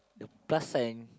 the plus sign